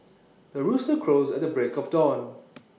the rooster crows at the break of dawn